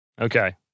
Okay